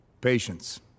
Patience